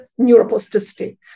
neuroplasticity